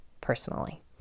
personally